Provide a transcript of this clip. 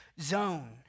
zone